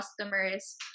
customers